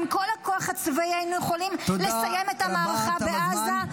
עם כל הכוח הצבאי היינו יכולים לסיים את המערכה בעזה -- תודה רבה,